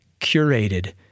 curated